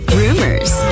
rumors